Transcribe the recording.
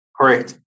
Correct